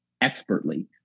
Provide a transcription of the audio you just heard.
expertly